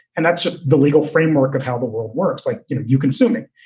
and that's just the legal framework of how the world works. like you consuming,